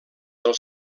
del